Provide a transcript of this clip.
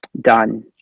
done